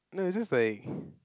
no is just like